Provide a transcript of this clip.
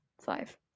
five